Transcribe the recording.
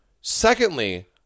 Secondly